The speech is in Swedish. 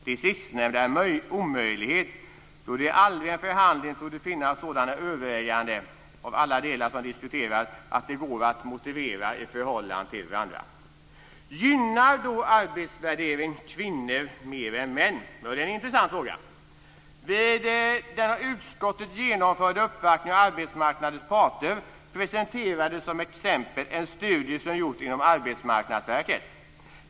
Det sistnämnda är en omöjlighet, då det aldrig i en förhandling torde finnas sådana överväganden av alla delar som diskuteras att de går att motivera i förhållande till varandra. Gynnar då arbetsvärdering kvinnor mer än män? Det är en intressant fråga. Vid den av utskottet genomförda uppvaktningen av arbetsmarknadens parter presenterades som exempel en studie som gjorts inom Arbetsmarknadsverket.